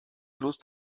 lust